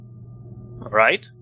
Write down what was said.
right